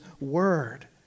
word